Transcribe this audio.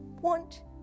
want